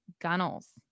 Gunnels